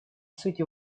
сути